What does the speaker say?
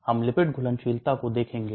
हम Lipid घुलनशीलता को देखेंगे